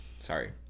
sorry